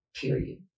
Period